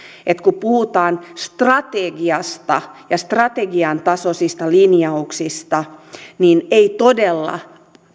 että kun puhutaan strategiasta ja strategian tasoisista linjauksista niin ei todella